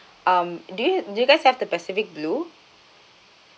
um do you do you guys have the pacific blue